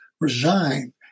resign